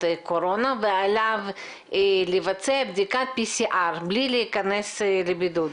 קורונה ועליו לבצע בדיקתPCR בלי להיכנס לבידוד.